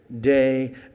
day